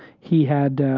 he had